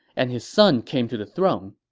and his son came to the throne.